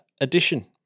edition